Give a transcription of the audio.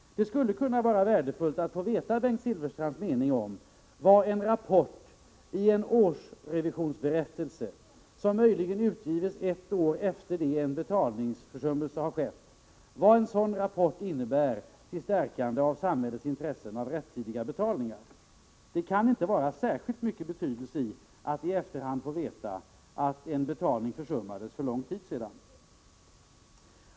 Det skulle vara värdefullt att få veta Bengt Silfverstrands mening om vad en rapport i en årsrevisionsberättelse, som möjligen utgivs ett år efter det att en betalningsförsummelse skett, innebär för stärkande av samhällets intressen av rättidiga betalningar. Det kan inte vara av särskilt stor betydelse att i efterhand få veta att en betalning försummats för en lång tid sedan.